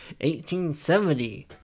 1870